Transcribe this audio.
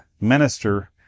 minister